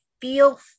feel